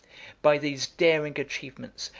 by these daring achievements,